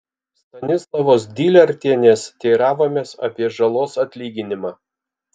stanislavos dylertienės teiravomės apie žalos atlyginimą